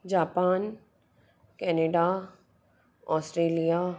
Japan Canada Australia